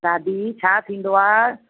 दादी छा थींदो आहे